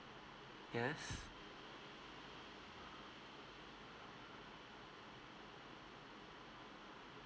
yes